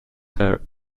her